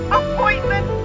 appointment